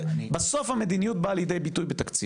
בסוף המדיניות באה לידי ביטוי בתקציב,